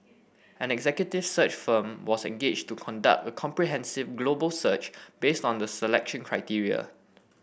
an executive search firm was engaged to conduct a comprehensive global search based on the selection criteria